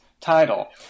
title